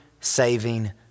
saving